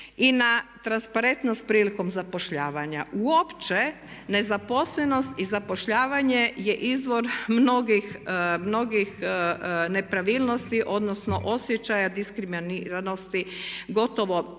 i na transparentnost prilikom zapošljavanja. Uopće nezaposlenost i zapošljavanje je izvor mnogih nepravilnosti, odnosno osjećaja diskriminiranosti gotovo